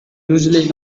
usually